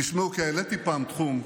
תשמעו, כי העליתי פעם תחום,